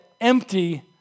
empty